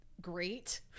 great